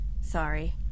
Sorry